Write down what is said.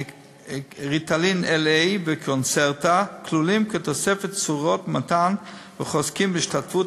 "ריטלין LA" ו"קונצרטה" כלולים כתוספות צורות מתן וחוזקים בהשתתפות